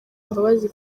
imbabazi